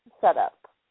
setup